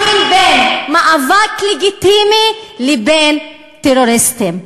בין מאבק לגיטימי לבין טרוריסטים,